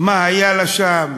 מה היה לה שם,